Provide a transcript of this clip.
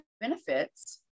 benefits